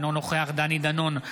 אינו נוכח דני דנון,